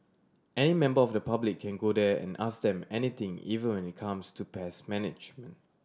any member of the public can go there and ask them anything even when it comes to pest management